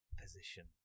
position